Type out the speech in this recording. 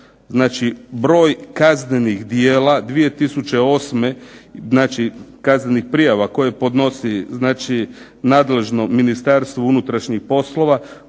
broj kaznenih djela 2008., znači kaznenih prijava koje podnosi znači nadležno Ministarstvo unutarnjih poslova,